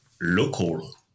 local